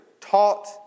taught